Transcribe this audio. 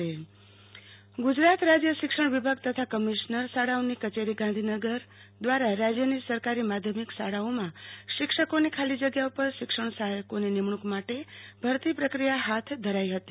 આરતી ભદ્દ શિક્ષકોને નિમણું કપત્રો ગુજરાત રાજય શિક્ષણ વિભાગ તથા કમિશનર શાળાઓની કચેરી ગાંધીનગર દ્વારા રાજયની સરકારી માધ્યમિક શાળાઓમાં શિક્ષકોની ખાલીજગ્યાઓ પર શિક્ષણ સહાથકોની નિમણુંક માટે ભરતી પ્રક્રિયા હાથ ધરાઈ હતી